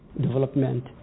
Development